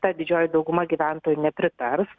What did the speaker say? ta didžioji dauguma gyventojų nepritars